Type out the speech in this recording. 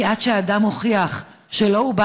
כי עד שאדם מוכיח שלא הוא,